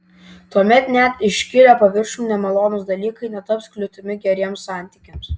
tuomet net iškilę paviršiun nemalonūs dalykai netaps kliūtimi geriems santykiams